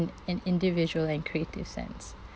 in~ individual and creative sense